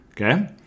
okay